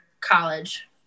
college